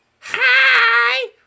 Hi